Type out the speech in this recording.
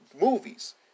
movies